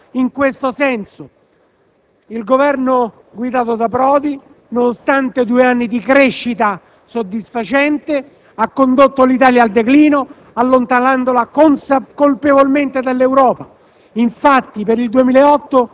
chiedeva un intervento in questo senso. Il Governo guidato da Prodi, nonostante due anni di crescita soddisfacente, ha condotto l'Italia al declino allontanandola colpevolmente dall'Europa.